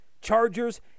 Chargers